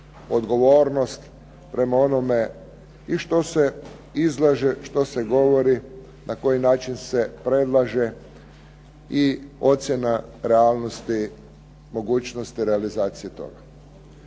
odgovornost prema onome i što se izlaže, što se govori, na koji način se predlaže i ocjena realnosti, mogućnosti realizacije toga.